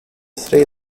three